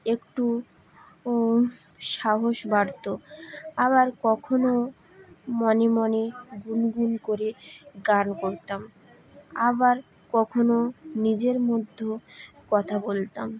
একটু সাহস বাড়তো আবার কখনো মনে মনে গুনগুন করে গান করতাম আবার কখনো নিজের মধ্য কথা বলতাম